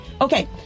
Okay